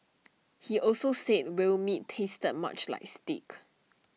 he also said whale meat tasted much like steak